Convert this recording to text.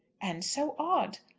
and so odd.